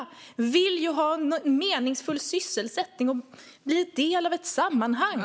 De vill ha en meningsfull sysselsättning och bli en del av ett sammanhang.